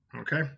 Okay